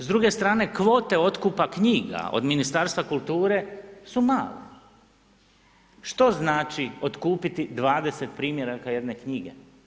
S druge strane, kvote otkupa knjiga od Ministarstva kulture su mala, što znači otkupiti 20 primjeraka jedne knjige?